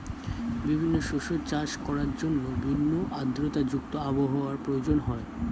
বিভিন্ন শস্য চাষ করার জন্য ভিন্ন আর্দ্রতা যুক্ত আবহাওয়ার প্রয়োজন হয়